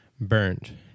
burned